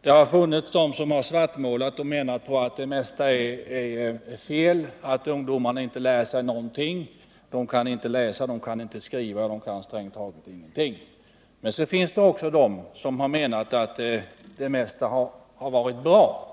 Det har förekommit att man svartmålat och menat att det mesta är fel: Ungdomarna lär sig inte någonting, de kan inte läsa, de kan inte skriva, de kan strängt taget ingenting. Men så finns det också de som har menat att det mesta varit bra.